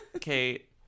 Kate